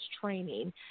training